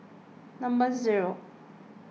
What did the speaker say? number zero